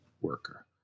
worker